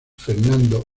fernando